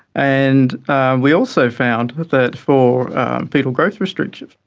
and we also found that for foetal growth restriction,